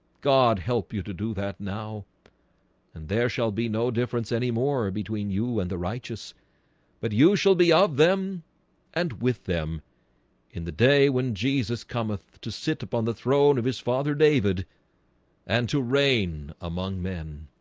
god help you to do that now and there shall be no difference anymore between you and the righteous but you shall be of them and with them in the day when jesus cometh to sit upon the throne of his father david and to reign among men